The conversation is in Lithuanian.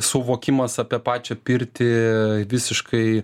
suvokimas apie pačią pirtį visiškai